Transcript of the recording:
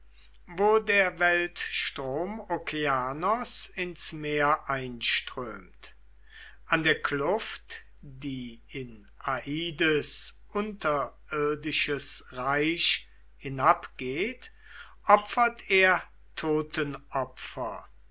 wo der weltstrom okeanos ins meer einströmt an der kluft die in aides unterirdisches reich hinabgeht opfert er